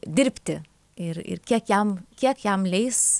dirbti ir ir kiek jam kiek jam leis